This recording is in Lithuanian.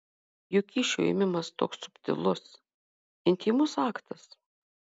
juk kyšio ėmimas toks subtilus intymus aktas